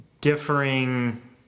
Differing